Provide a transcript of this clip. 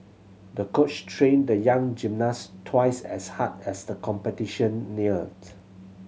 the coach trained the young gymnast twice as hard as the competition neared